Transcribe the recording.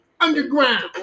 underground